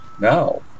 Now